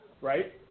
right